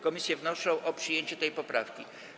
Komisje wnoszą o przyjęcie tej poprawki.